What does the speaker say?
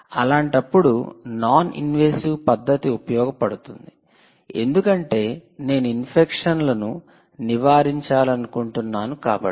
అలాంటప్పుడు non invasive పద్ధతి ఉపయోగపడుతుంది ఎందుకంటే నేను ఇన్ఫెక్షన్లను నివారించాలనుకుంటున్నాను కాబట్టి